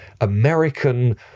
American